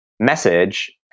message